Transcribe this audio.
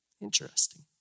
Interesting